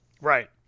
Right